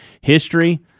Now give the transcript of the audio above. history